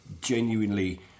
genuinely